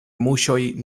muŝoj